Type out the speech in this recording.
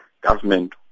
government